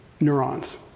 neurons